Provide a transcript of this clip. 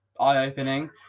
eye-opening